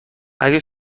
اگه